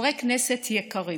חברי כנסת יקרים,